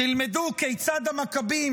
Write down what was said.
תלמדו כיצד המכבים